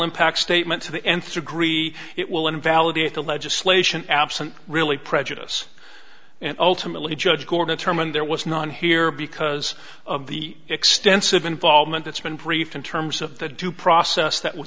impact statement to the nth degree it will invalidate the legislation absent really prejudice and ultimately judge gore determined there was none here because of the extensive involvement that's been briefed in terms of the due process that was